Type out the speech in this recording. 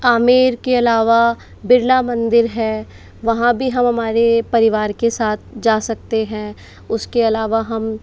आमेर के अलावा बिरला मंदिर है वहाँ भी हम हमारे परिवार के साथ जा सकते हैं उसके अलावा हम